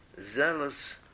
zealous